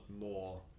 more